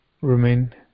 remain